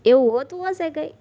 એવું હોતું હશે કંઈ